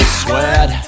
sweat